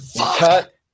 Cut